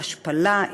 השפלה,